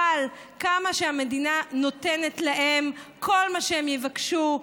אבל כמה שהמדינה נותנת להם, כל מה שהם יבקשו,